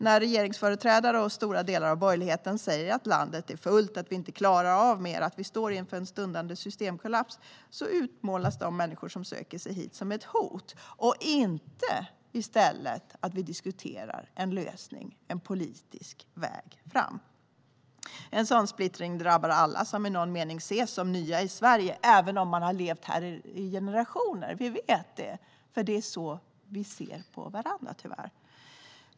När regeringsföreträdare och stora delar av borgerligheten säger att landet är fullt, att vi inte klarar av mer och att vi står inför en stundande systemkollaps utmålas de människor som söker sig hit som ett hot i stället för att vi diskuterar en lösning och en politisk väg framåt. En sådan splittring drabbar alla som i någon mening ses som "nya" i Sverige, även om man levt här i generationer. Vi vet det, för det är tyvärr så vi ser på varandra.